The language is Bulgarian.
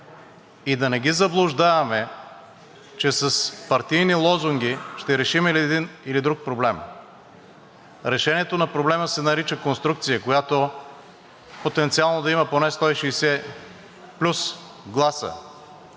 и да не ги заблуждаваме, че с партийни лозунги ще решим един или друг проблем. Решението на проблема се нарича конструкция, която потенциално да има поне 160 гласа